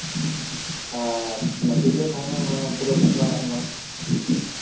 ᱟᱨ video ᱛᱟᱦᱮᱱᱟ ᱯᱩᱨᱟᱹ ᱵᱟᱯᱞᱟ ᱚᱲᱟᱜ ᱨᱮᱱᱟᱝ